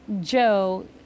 Joe